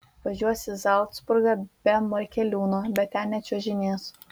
važiuos į zalcburgą be morkeliūno bet ten nečiuožinės